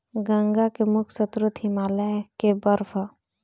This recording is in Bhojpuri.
गंगा के मुख्य स्रोत हिमालय के बर्फ ह